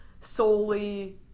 solely